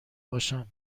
باشم